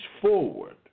forward